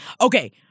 okay